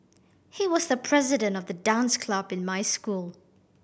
he was the president of the dance club in my school